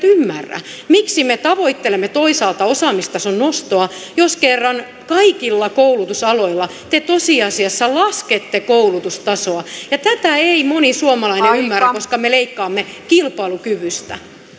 ymmärrä miksi me tavoittelemme toisaalta osaamistason nostoa jos kerran kaikilla koulutusaloilla te tosiasiassa laskette koulutustasoa tätä ei moni suomalainen ymmärrä koska me leikkaamme kilpailukyvystä